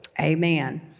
Amen